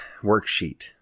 worksheet